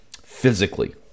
physically